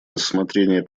рассмотрение